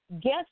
Guess